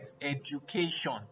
education